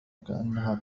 كأنها